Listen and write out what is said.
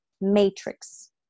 matrix